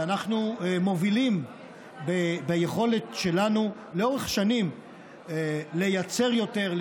ואנחנו מובילים ביכולת שלנו לאורך שנים לייצר יותר,